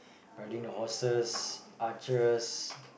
riding the horses archers